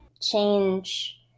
change